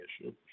issue